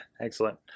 Excellent